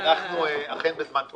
אנחנו אכן בזמן פציעות.